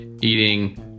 eating